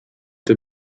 der